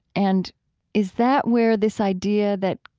and is that where this idea that,